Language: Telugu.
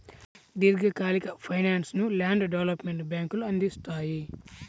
దీర్ఘకాలిక ఫైనాన్స్ను ల్యాండ్ డెవలప్మెంట్ బ్యేంకులు అందిత్తాయి